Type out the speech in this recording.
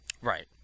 Right